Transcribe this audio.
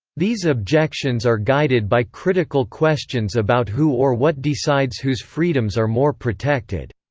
these objections are guided by critical questions about who or what decides whose freedoms are more protected.